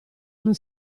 non